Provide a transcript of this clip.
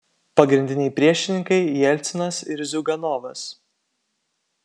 pagrindiniai priešininkai jelcinas ir ziuganovas